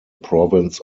province